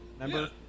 remember